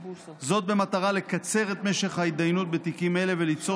במטרה לקצר את משך ההתדיינות בתיקים אלו וליצור